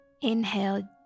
Inhale